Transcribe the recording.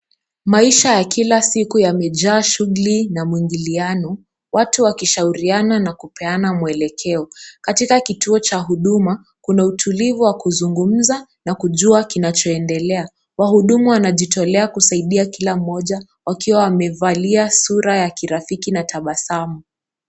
Maisha ya kila siku yamejaa shughuli na mwingiliano, watu wakishauriana na kumweleko, katika kituo cha huduma kuna utulivu wa kuzungumza na kujua kinachoendelea, wahudumu wanajitolea kusaidia kila mmoja wakiwa wamevalia sura ya kirafiki na tabasamu.